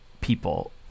people